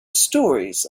stories